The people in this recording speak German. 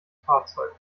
fahrzeug